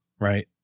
right